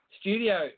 Studio